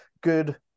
good